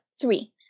three